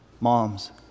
Moms